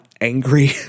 angry